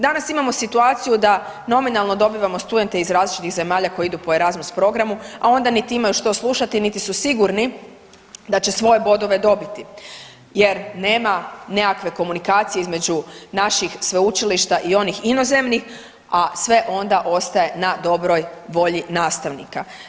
Danas imamo situaciju da nominalno dobivamo studente iz različitih zemalja koji idu po Erazmus programu, a onda niti imaju što slušati, niti su sigurni da će svoje bodove dobiti jer nema nekakve komunikacije između naših sveučilišta i onih inozemnih, a sve onda ostaje na dobroj volji nastavnika.